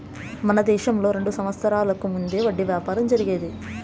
మన దేశంలో రెండు వేల సంవత్సరాలకు ముందే వడ్డీ వ్యాపారం జరిగేది